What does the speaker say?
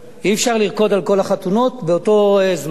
אי-אפשר לרקוד על כל החתונות באותו זמן.